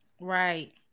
right